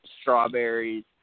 strawberries